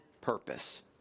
purpose